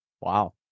Wow